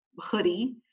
hoodie